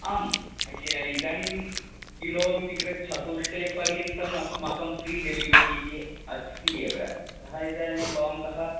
आम् इदानीं किलोमीटर्चतुष्टयपर्यन्तम् अस्माकं फ़्री डिलेवरि इति अस्ति एव अतः इदानिं भवन्तः